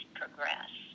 progress